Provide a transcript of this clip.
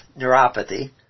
neuropathy